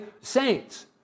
saints